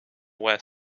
west